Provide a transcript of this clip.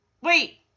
Wait